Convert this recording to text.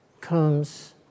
comes